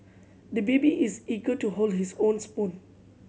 the baby is eager to hold his own spoon